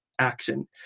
action